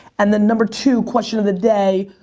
and then number-two, question of the day,